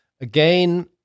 Again